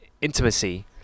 intimacy